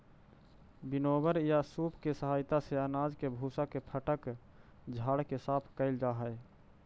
winnower या सूप के सहायता से अनाज के भूसा के फटक झाड़ के साफ कैल जा हई